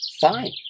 Fine